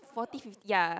forty fifty ya